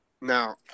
Now